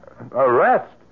Arrest